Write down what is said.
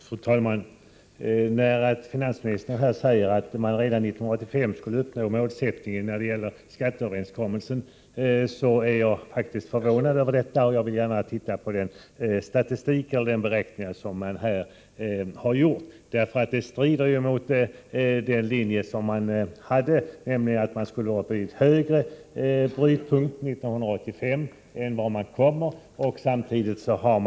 Fru talman! När finansministern här säger att man redan 1985 kan uppnå målsättningen för skatteöverenskommelsen blir jag faktiskt förvånad över detta uttalande. Jag vill gärna titta på den statistik eller de beräkningar som man gjort. Vid överenskommelsen utgick man nämligen ifrån att brytpunkten 1985 skulle vara högre än vad den verkligen kommer att vara.